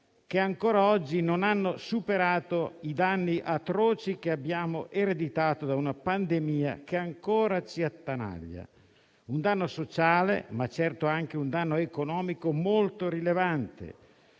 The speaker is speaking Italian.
che ancora oggi non hanno superato i danni atroci che abbiamo ereditato da una pandemia che ancora ci attanaglia. È un danno sociale, ma certo anche economico, molto rilevante,